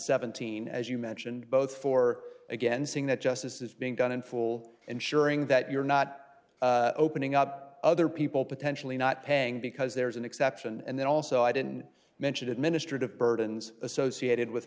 seventeen as you mentioned both for again seeing that justice is being done in full ensuring that you're not opening up other people potentially not paying because there is an exception and then also i didn't mention administrative burdens associated with